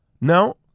No